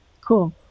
cool